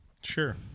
Sure